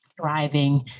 thriving